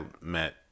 met